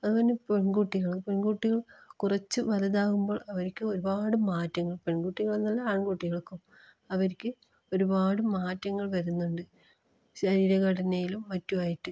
അതുപോലെ പെൺകുട്ടികൾ പെൺകുട്ടികൾ കുറച്ച് വലുതാകുമ്പോൾ അവർക്ക് ഒരുപാട് മാറ്റങ്ങൾ പെൺകുട്ടികളെന്നല്ല ആൺകുട്ടികൾക്കും അവർക്ക് ഒരുപാട് മാറ്റങ്ങൾ വരുന്നുണ്ട് ശരീരഘടനയിലും മറ്റുമായിട്ട്